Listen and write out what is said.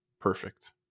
perfect